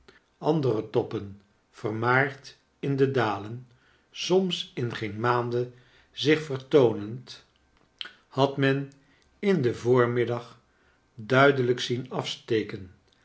andere toppen vermaard in de dalen soms in geen maanden zich vertoonend had men in den voormiddag duidelijk zien afsteken